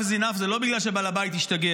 Enough is enough זה לא בגלל שבעל הבית השתגע.